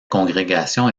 congrégation